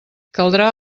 caldrà